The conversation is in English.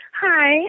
Hi